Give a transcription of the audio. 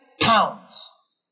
pounds